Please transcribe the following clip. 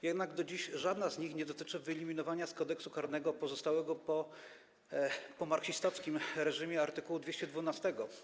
Jednak do dziś żadna z nich nie dotyczyła wyeliminowania z Kodeksu karnego pozostałego po marksistowskim reżimie art. 212.